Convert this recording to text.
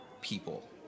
people